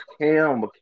Cam